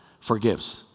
forgives